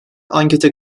ankete